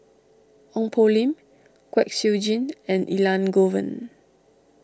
Ong Poh Lim Kwek Siew Jin and Elangovan